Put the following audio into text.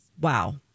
wow